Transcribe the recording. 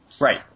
Right